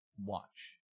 watch